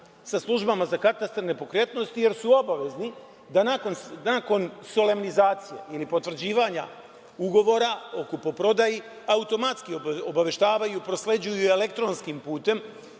sa službama za katastar nepokretnosti jer su obavezni da nakon solemnizacije ili potvrđivanja ugovora o kupoprodaji automatski obaveštavaju, prosleđuju i elektronskim putem